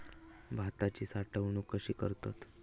भाताची साठवूनक कशी करतत?